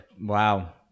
Wow